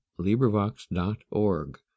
LibriVox.org